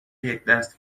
یکدست